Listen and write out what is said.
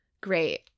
Great